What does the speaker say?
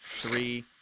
three